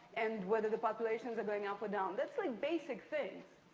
and whether the populations are going up or down. that's like basic things.